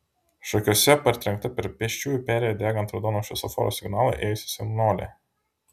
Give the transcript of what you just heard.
šakiuose partrenkta per pėsčiųjų perėją degant raudonam šviesoforo signalui ėjusi senolė